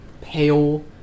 pale